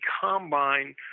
combine